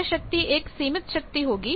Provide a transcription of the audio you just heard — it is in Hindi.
यह शक्ति एक सीमित शक्ति होगी